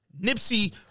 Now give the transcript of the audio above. Nipsey